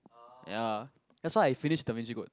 ya that's why I finish Da Vinci Code